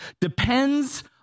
depends